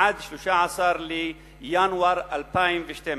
עד 13 בינואר 2012,